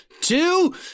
two